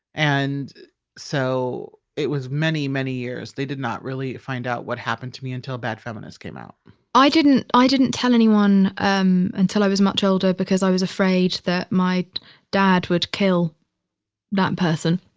and so it was many, many years. they did not really find out what happened to me until bad feminist came out i didn't, i didn't tell anyone um until i was much older because i was afraid that my dad would kill that person.